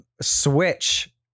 switch